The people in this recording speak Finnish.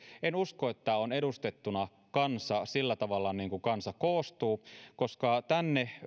en usko että esimerkiksi tässä eduskunnassa on edustettuna kansa sillä tavalla kuin mistä kansa koostuu koska tänne